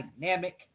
dynamic